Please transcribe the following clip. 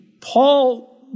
Paul